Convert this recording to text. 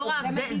עובדי מדינה.